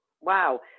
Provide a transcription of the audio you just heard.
Wow